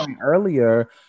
earlier